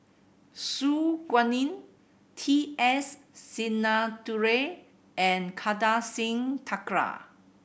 Su Guaning T S Sinnathuray and Kartar Singh Thakral